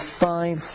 five